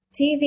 TV